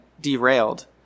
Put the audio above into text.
derailed